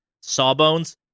Sawbones